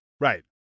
Right